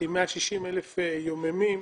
עם 160,000 יוממים,